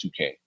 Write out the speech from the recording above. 2K